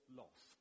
loss